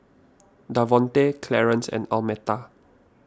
Davonte Clarence and Almeta